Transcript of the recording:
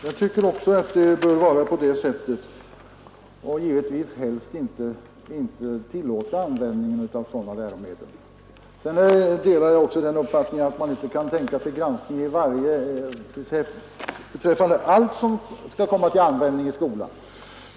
Jag tycker också att det bör vara på det sättet att man helst inte bör medge användning av sådana läromedel. Vidare delar jag den uppfattningen att man inte kan tänka sig granskning beträffande allt som skall komma till användning i skolan.